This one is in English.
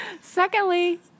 Secondly